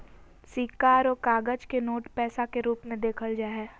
सिक्का आरो कागज के नोट पैसा के रूप मे देखल जा हय